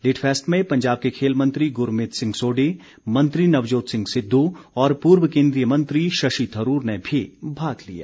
litfest में पंजाब के खेल मंत्री गुरमीत सिंह सोढी मंत्री नवजोत सिंह सिद्धू और पूर्व केन्द्रीय मंत्री शशि थरूर ने भी भाग लिया